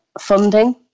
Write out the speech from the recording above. funding